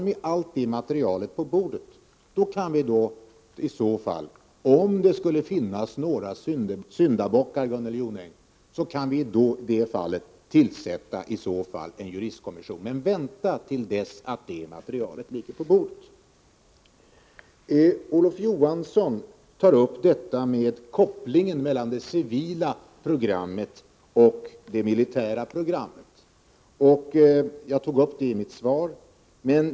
Med allt detta material på bordet kan vi, om det skulle visa sig att det finns några syndabockar, Gunnel Jonäng, i så fall tillsätta en juristkommission. Men vänta till dess att det materialet ligger på bordet! Olof Johansson tar upp kopplingen mellan det civila programmet och det militära programmet. Jag tog också upp den frågan i mitt svar.